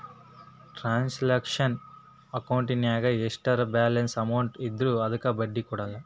transactional ಅಕೌಂಟಿನ್ಯಾಗ ಎಷ್ಟರ balance amount ಇದ್ರೂ ಅದಕ್ಕ ಬಡ್ಡಿ ಕೊಡಲ್ಲ